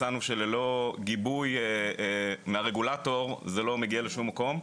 מצאנו שללא גיבוי מהרגולטור זה לא מגיע לשום מקום,